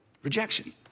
Rejection